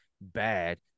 bad